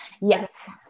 Yes